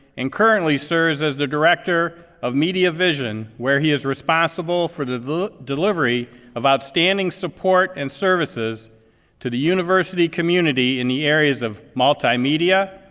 and currently serves as the director of media vision, where he is responsible for the the delivery of outstanding support and services to the university community in the areas of multimedia,